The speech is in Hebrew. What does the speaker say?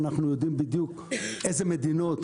אנחנו יודעים בדיוק איזה מדינות,